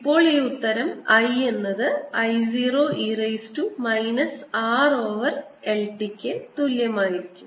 ഇപ്പോൾ ഈ ഉത്തരം I എന്നത് I 0 e raise to minus r over L t ക്ക് തുല്യമായിരിക്കും